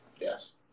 Yes